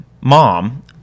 mom